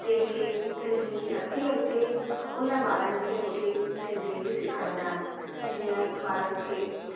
जंहिंखे सिंधी नथी अचे उन ॿारनि खे उते सिंधी बि सेखारींदा आहिनि जीअं ॿारनि खे